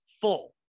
full